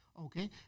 okay